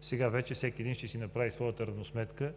сега вече всеки един ще си направи своята равносметка.